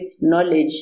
knowledge